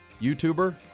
YouTuber